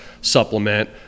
supplement